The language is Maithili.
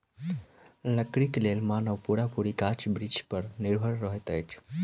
लकड़ीक लेल मानव पूरा पूरी गाछ बिरिछ पर निर्भर रहैत अछि